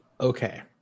okay